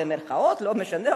לא משנה,